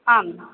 आम्